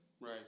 right